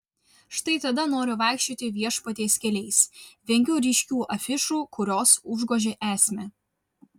štai tada noriu vaikščioti viešpaties keliais vengiu ryškių afišų kurios užgožia esmę